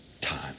time